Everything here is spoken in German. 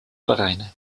vereine